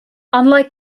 unlike